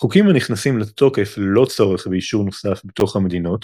חוקים הנכנסים לתוקף ללא צורך באישור נוסף בתוך המדינות,